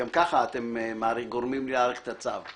חברים, גם ככה אתם גורמים לי להאריך את הצו.